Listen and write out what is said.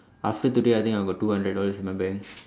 after today I think I got two hundred dollars in my bank